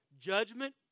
Judgment